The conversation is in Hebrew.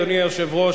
אדוני היושב-ראש,